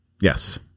Yes